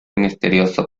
misterioso